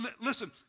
listen